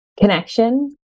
connection